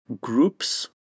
groups